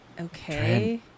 Okay